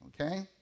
okay